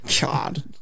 God